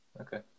Okay